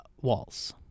walls